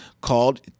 called